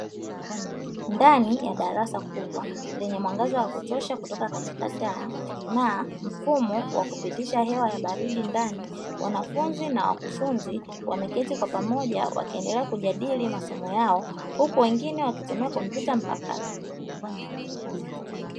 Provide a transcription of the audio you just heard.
Ndani ya darasa kubwa lenye mwangaza wa kutosha kutoka katika taa na mfumo wa kupitisha hewa ya baridi ndani, wanafunzi na wakufunzi wameketi kwa pamoja wakiendelea kujadili masomo yao huku wengine wakitumia kompyuta mpakato.